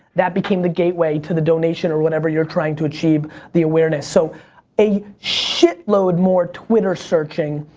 that became the gateway to the donation, or whatever you're trying to achieve the awareness, so a shit load more twitter searching,